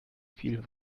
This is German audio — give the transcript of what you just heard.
viel